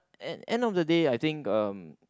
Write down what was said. at end of the day I think uh